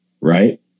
right